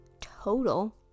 total